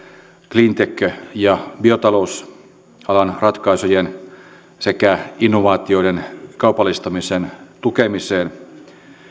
cleantech ja biotalousalan ratkaisujen sekä innovaatioiden kaupallistamisen tukemiseen